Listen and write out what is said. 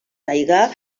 taigà